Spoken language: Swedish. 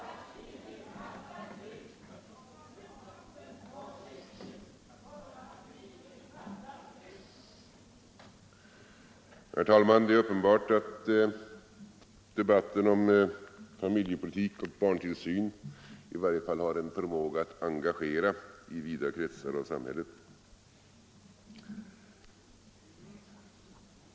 Herr talman! Det är uppenbart att debatten om familjepolitik och barntillsyn i varje fall har en förmåga att engagera i vida kretsar av samhället.